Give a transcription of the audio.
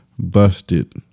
busted